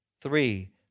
Three